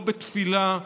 לא בתפילה,